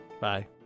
Bye